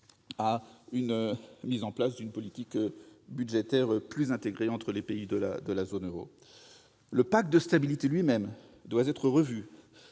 une réponse adéquate pour une politique budgétaire plus intégrée entre les pays de la zone euro. Le pacte de stabilité lui-même doit être revu.